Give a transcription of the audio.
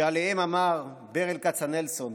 שעליהם אמר ברל כצנלסון: